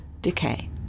decay